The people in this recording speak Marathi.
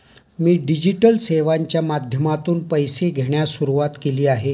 मी डिजिटल सेवांच्या माध्यमातून पैसे घेण्यास सुरुवात केली आहे